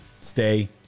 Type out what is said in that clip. stay